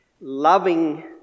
loving